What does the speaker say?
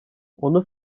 onu